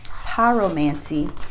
pyromancy